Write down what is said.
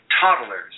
toddlers